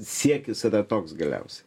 siekis yra tada toks galiausiai